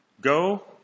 go